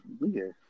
weird